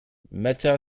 متى